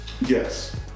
Yes